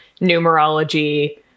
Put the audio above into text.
numerology